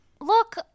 Look